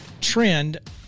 trend